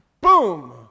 Boom